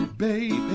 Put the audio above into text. baby